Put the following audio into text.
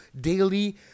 daily